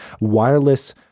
wireless